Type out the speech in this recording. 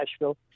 Nashville